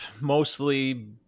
mostly